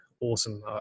awesome